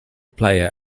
player